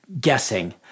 guessing